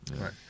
Right